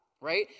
right